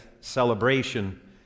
celebration